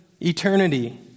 eternity